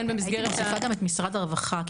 הייתי מוסיפה גם את משרד הרווחה כי